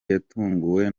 yatunguwe